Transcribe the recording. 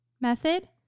method